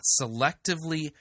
selectively